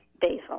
basil